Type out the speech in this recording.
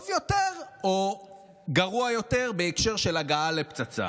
טוב יותר או גרוע יותר בהקשר של הגעה לפצצה